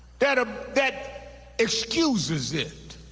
that ah that excuses it,